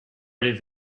allez